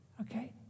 Okay